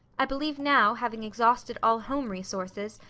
i believe now, having exhausted all home resources,